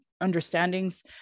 understandings